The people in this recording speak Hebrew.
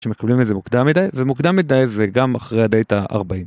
שמקבלים את זה מוקדם מדי, ומוקדם מדי וגם אחרי הדייט 40.